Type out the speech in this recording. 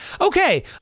Okay